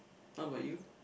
how about you